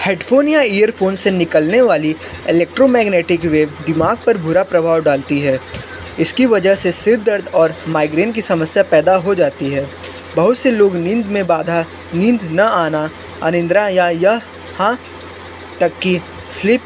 headphone या earphone से निकलने वाली इलेक्ट्रोमेग्नेटिक वेव दिमाग पर बुरा प्रभाव डालती है इसकी वजह से सिर दर्द और माइग्रेन की समस्या पैदा हो जाती है बहुत से लोग नींद में बाधा नींद न आना अनिंद्रा या यहाँ तक की स्लीप